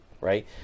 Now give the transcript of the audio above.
right